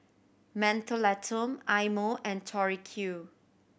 Mentholatum Eye Mo and Tori Q